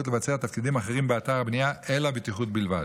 לבצע תפקידים אחרים באתר הבנייה אלא בטיחות בלבד.